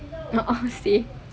no I will stay